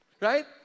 right